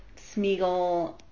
Smeagol